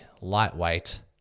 lightweight